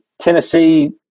Tennessee